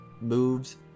moves